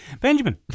Benjamin